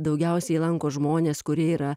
daugiausiai lanko žmonės kurie yra